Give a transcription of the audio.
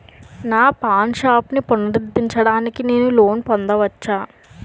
నా పాన్ షాప్ని పునరుద్ధరించడానికి నేను లోన్ పొందవచ్చా?